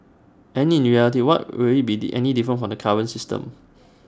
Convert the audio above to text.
and in reality will were be did any different from the current system